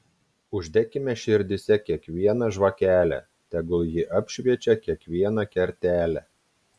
uždekime širdyse kiekvieną žvakelę tegul ji apšviečia kiekvieną kertelę